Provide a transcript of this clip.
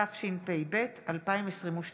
התשפ"ב 2022,